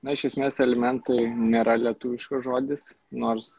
na iš esmės alimentai nėra lietuviškas žodis nors